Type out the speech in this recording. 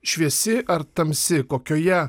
šviesi ar tamsi kokioje